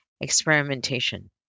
experimentation